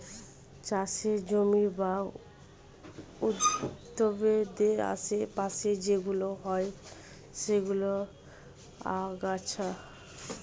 চাষের জমির বা উদ্ভিদের আশে পাশে যেইগুলো হয় সেইগুলো আগাছা